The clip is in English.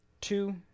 Two